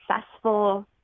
successful